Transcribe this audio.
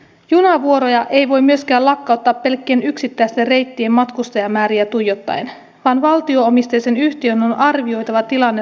junavuoroja ei voi myöskään lakkauttaa pelkkien yksittäisten reittien matkustajamääriä tuijottaen vaan valtio omisteisen yhtiön on arvioitava tilanne laajemmin